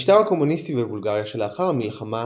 המשטר הקומוניסטי בבולגריה שלאחר המלחמה,